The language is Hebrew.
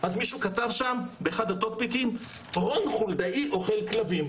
אז מישהו כתב שם באחד הטוקבקים 'רון חולדאי אוכל כלבים'.